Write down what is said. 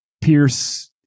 pierce